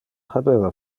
habeva